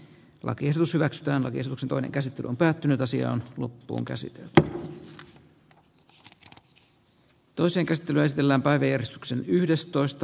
lakiesitys hyväksytään ilosen toinen käsittely on ensimmäisessä käsittelyssä päätetyt lakiehdotukset voidaan nyt toisen kätilön selänpää veistoksen yhdestoista